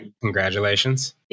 Congratulations